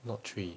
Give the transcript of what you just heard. not three